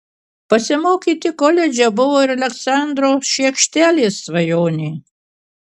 pasimokyti koledže buvo ir aleksandro šiekštelės svajonė